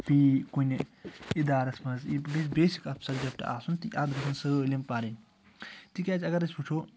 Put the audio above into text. فی کُنہِ اِدارَس مَنٛز یہِ گَژھِ بیسِک اکھ سَبجَکٹ آسُن تہِ اَتھ گَژھَن سٲلِم پَرٕنۍ تکیازِ اگر أسۍ وٕچھو